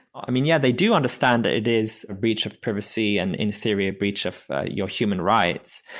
i mean, yeah, they do understand. it is a breach of privacy and in theory a breach of your human rights.